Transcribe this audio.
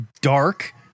dark